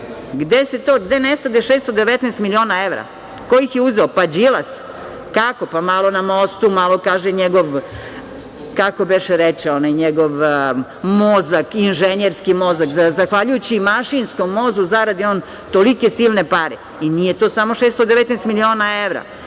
oni radili? Gde nestade 619 miliona evra? Ko ih je uzeo? Pa Đilas. Kako? Malo na mostu, malo kaže njegov, kako beše reče, njegov inženjerski mozak, zahvaljujući mašinskom mozgu zaradi on tolike silne pare. Nije to samo 619 miliona evra,